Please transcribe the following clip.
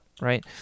right